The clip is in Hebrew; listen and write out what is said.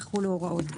יחולו הוראות אלה: